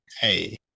hey